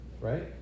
right